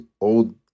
old